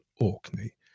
Orkney